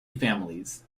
families